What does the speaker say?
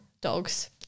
dogs